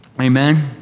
Amen